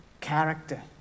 character